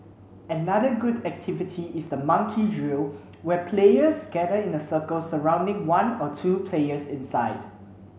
another good activity is the monkey drill where players gather in a circle surrounding one or two players inside